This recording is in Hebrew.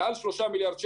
מעל 3 מיליארד.